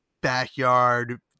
backyard